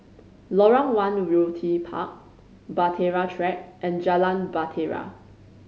Lorong One Realty Park Bahtera Track and Jalan Bahtera